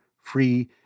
free